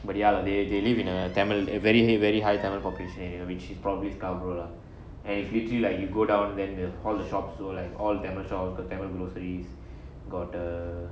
but ya lah they live in a tamil very very high tamil population which is probably scarborough lah and it's literally like you go down then the all the shops so like all tamil shops got tamil groceries got the